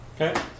Okay